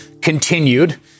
continued